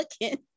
looking